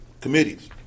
Committees